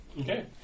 Okay